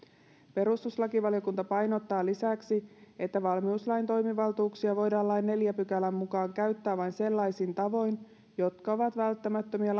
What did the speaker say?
perustuslakivaliokunta painottaa lisäksi että valmiuslain toimivaltuuksia voidaan lain neljännen pykälän mukaan käyttää vain sellaisin tavoin jotka ovat välttämättömiä